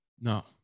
No